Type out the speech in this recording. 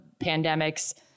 pandemics